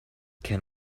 can